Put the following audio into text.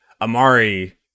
Amari